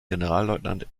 generalleutnant